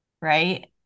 right